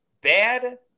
bad